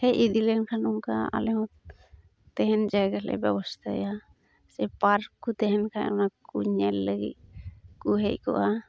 ᱦᱮᱡ ᱤᱫᱤ ᱞᱮᱱᱠᱷᱟᱱ ᱚᱱᱠᱟ ᱟᱞᱮ ᱦᱚᱸ ᱛᱟᱦᱮᱱ ᱡᱟᱭᱜᱟ ᱦᱚᱞᱮ ᱵᱮᱵᱚᱥᱛᱟᱭᱟ ᱥᱮ ᱯᱟᱨᱠ ᱠᱚ ᱛᱟᱦᱮᱱ ᱠᱷᱟᱡ ᱚᱱᱟ ᱠᱚ ᱠᱚ ᱧᱮᱞ ᱞᱟᱹᱜᱤᱫ ᱠᱚ ᱦᱮᱡ ᱠᱚᱜᱼᱟ